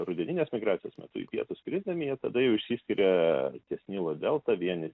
rudeninės migracijos metu į pietus skrisdami jie tada jau išsiskiria ties nilo delta vieni